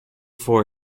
for